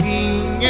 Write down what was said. King